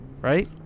right